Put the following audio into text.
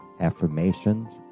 affirmations